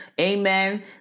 Amen